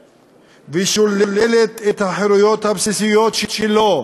ושוללת את החירויות הבסיסיות שלו,